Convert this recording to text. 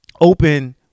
open